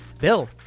Bill